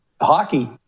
hockey